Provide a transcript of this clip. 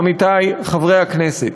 עמיתי חברי הכנסת.